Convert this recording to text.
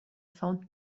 found